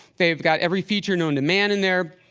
they've got every feature known to man in there,